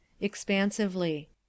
Expansively